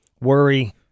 Worry